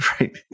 right